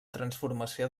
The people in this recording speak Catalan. transformació